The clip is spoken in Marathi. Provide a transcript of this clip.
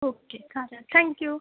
ओक्के चालेल थँक्यू